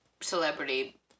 celebrity